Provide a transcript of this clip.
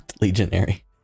legionary